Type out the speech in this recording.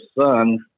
son